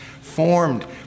formed